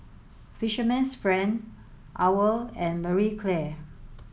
Fisherman's friend OWL and Marie Claire